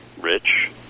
Rich